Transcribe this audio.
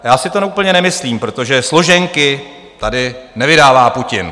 Já si to úplně nemyslím, protože složenky tady nevydává Putin.